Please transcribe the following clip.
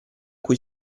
cui